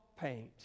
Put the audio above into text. paint